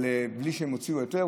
בלי שהם הוציאו היתר.